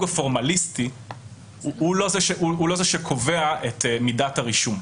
הפורמליסטי הוא לא זה שקובע את מידת הרישום.